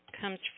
comes